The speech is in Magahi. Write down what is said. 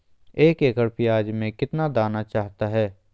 एक एकड़ प्याज में कितना दाना चाहता है?